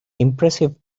impressive